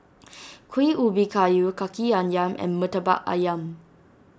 Kuih Ubi Kayu Kaki Ayam and Murtabak Ayam